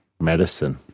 Medicine